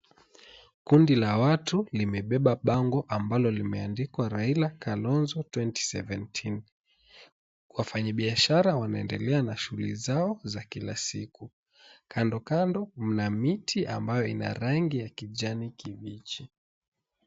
Kundi la watu limebeba bango ambalo limeandikwa Raila Kalonzo 2017, wafanyibiashara wanaendelea na shughuli zao za kila siku. Kando kando mna miti ambayo ina rangi ya kijani kibichi.